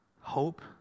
hope